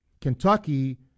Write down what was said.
Kentucky